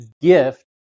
gift